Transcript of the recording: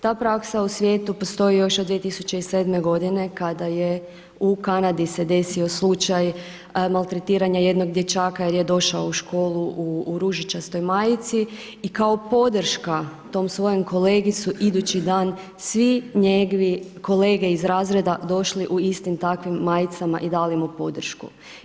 Ta praksa u svijetu postoji još od 2007. godine kada je u Kanadi se desio slučaj maltretiranje jednog dječaka jer je došao u školu u ružičastoj majici i kao podrška tom svojem kolegi su idući dan svi njegovi kolege iz razreda došli u istim takvim majicama i dali mu podršku.